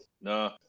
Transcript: No